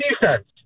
defense